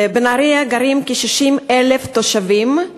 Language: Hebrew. בנהרייה גרים כ-60,000 תושבים,